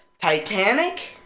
titanic